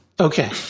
Okay